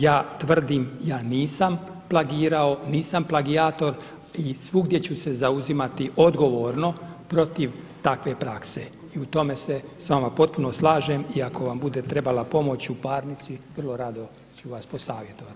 Ja tvrdim, ja nisam plagirao, nisam plagijator i svugdje ću se zauzimati odgovorno protiv takve prakse i u tome se s vama potpuno slažem i ako vam bude trebala pomoć u parnici, vrlo rado ću vas posavjetovati.